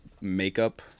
makeup